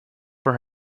for